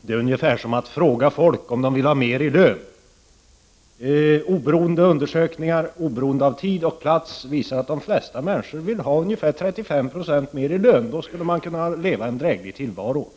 Det är ungefär som att fråga folk om de vill ha mer i lön. Undersökningar som gjorts har, oberoende av tid och plats, visat att de flesta människor vill ha ungefär 35 90 mer i lön — då skulle de kunna föra en dräglig tillvaro.